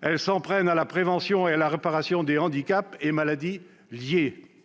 elles s'en prennent à la prévention et à la réparation des handicaps et maladies liés